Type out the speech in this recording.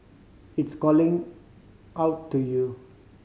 it's calling out to you